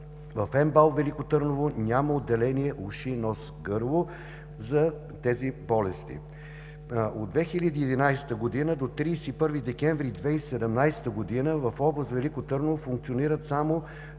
в МБАЛ Велико Търново няма отделение „Уши, нос, гърло” за тези болести. От 2011 г. до 31 декември 2017 г. в област Велико Търново функционира само